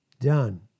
done